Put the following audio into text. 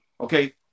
okay